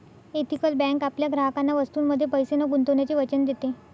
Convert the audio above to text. ethical bank आपल्या ग्राहकांना वस्तूंमध्ये पैसे न गुंतवण्याचे वचन देते